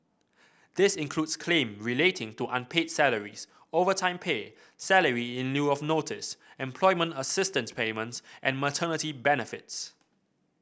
this includes claims relating to unpaid salaries overtime pay salary in lieu of notice employment assistance payments and maternity benefits